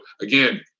again